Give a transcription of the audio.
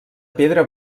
pedra